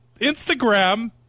Instagram